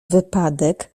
wypadek